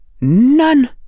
None